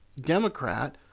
Democrat